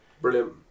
Brilliant